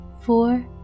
four